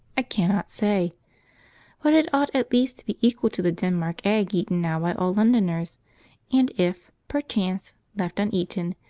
i cannot say but it ought at least to be equal to the denmark egg eaten now by all londoners and if, perchance, left uneaten,